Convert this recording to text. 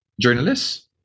journalists